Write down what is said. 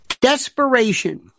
Desperation